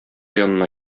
янына